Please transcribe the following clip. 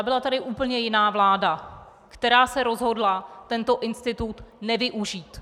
Byla tu úplně jiná vláda, která se rozhodla tento institut nevyužít.